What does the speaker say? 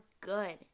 good